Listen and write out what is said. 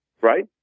right